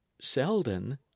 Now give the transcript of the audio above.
selden